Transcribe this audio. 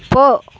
போ